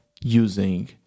using